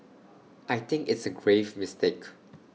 I think it's A grave mistake